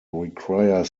require